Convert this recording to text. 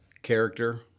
character